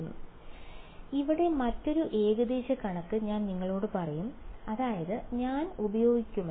അതിനാൽ ഇവിടെ മറ്റൊരു ഏകദേശ കണക്ക് ഞാൻ നിങ്ങളോട് പറയും അതായത് ഞാൻ ഉപയോഗിക്കുമെന്ന്